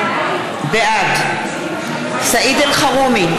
בעד סעיד אלחרומי,